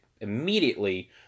immediately